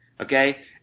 Okay